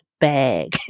bag